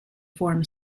form